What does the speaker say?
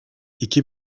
iki